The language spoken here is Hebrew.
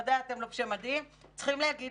בוודאי אתם לובשי מדים צריכים להגיד